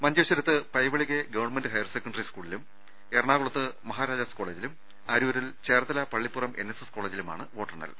മഞ്ചേശ്വരത്ത് Paivalike government higher secondary സ്കൂളിലും എറണാകൂളത്ത് മഹാരാജാസ് കോളജിലും അരൂരിൽ ചേർത്തല പള്ളിപ്പുറം എൻഎസ്എസ് കോളജിലുമാണ് വോട്ടെണ്ണൽ